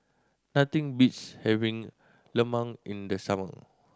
nothing beats having lemang in the summer